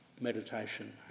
meditation